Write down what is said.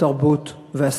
התרבות והספורט.